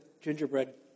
gingerbread